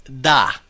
da